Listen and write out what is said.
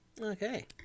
Okay